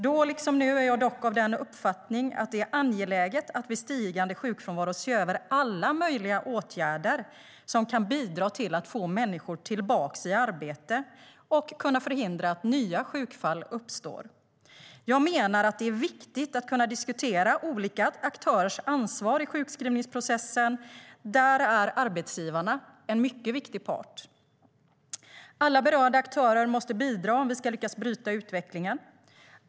Nu, liksom då, är jag dock av uppfattningen att det är angeläget att vid stigande sjukfrånvaro se över alla möjliga åtgärder som kan bidra till att få människor tillbaka i arbete och kan förhindra att nya sjukfall uppstår. Jag menar att det är viktigt att kunna diskutera olika aktörers ansvar i sjukskrivningsprocessen. Där är arbetsgivarna en mycket viktig part. Alla berörda aktörer måste bidra om vi ska lyckas bryta utvecklingen.